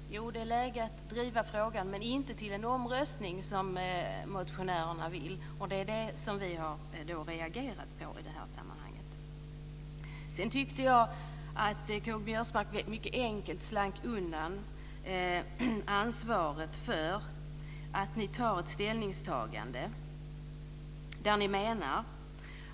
Fru talman! Jo, det är läge att driva frågan, men inte till en omröstning som motionärerna vill. Det är det som vi har regerat på i det här sammanhanget. Sedan tyckte jag att K-G Biörsmark mycket enkelt slank undan ansvaret för att ni har ett ställningstagande där ni menar